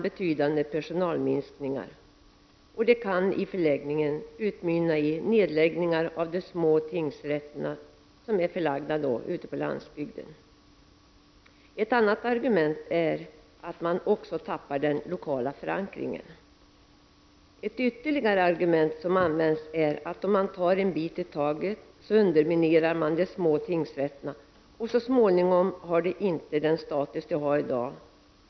Det kan i förlängningen utmynna i nedläggningar av de små tingsrätterna ute på landsbygden. Ett annat argument är att man tappar den lokala förankringen vid en nedläggning. Ytterligare ett argument som används är att man, om man tar en bit i taget, underminerar de små tingsrätterna så att de så småningom inte har samma status som i dag.